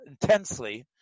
intensely